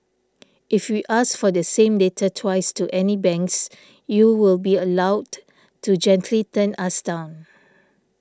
if we ask for the same data twice to any banks you will be allowed to gently turn us down